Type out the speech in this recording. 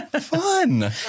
fun